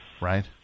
right